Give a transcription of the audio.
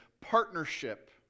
partnership